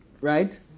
Right